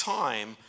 time